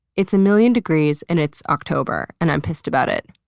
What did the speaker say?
it's a million degrees and it's october and i'm pissed about it.